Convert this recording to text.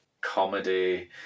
comedy